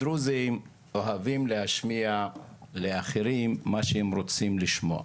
הדרוזים אוהבים להשמיע לאחרים מה שהם רוצים לשמוע.